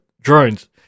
drones